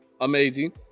amazing